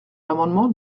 l’amendement